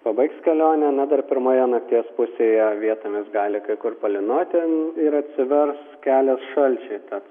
pabaigs kelionę na dar pirmoje nakties pusėje vietomis gali kai kur palynoti ir atsivers kelias šalčiui tad